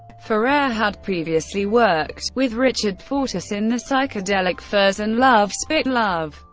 ferrer had previously worked with richard fortus in the psychedelic furs and love spit love.